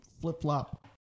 flip-flop